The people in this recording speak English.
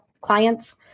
clients